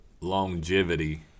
longevity